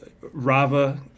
Rava